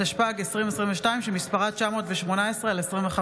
התשפ"ג 2022, פ/918/25.